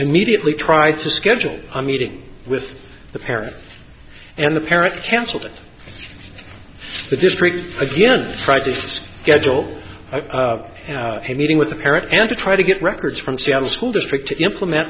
immediately try to schedule a meeting with the parents and the parents cancelled the district again gadgil a meeting with the parent and to try to get records from seattle school district to implement